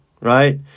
right